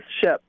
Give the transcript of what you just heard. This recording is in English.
ship